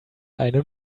einen